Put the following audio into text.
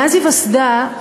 מאז היווסדה,